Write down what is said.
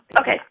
Okay